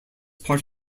part